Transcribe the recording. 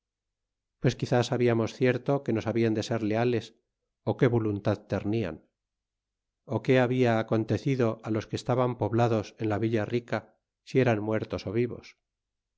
pues quizá sabiarnos cierto que nos hablan de ser leales ó qué voluntad temían qué habla acontecido á los que estaban poblados en la villa rica si eran muertos ó vivos